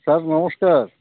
sir ନମସ୍କାର